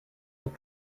had